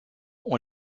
ont